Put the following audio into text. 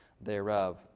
thereof